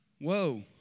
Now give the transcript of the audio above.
Whoa